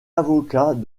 avocat